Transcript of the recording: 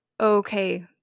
okay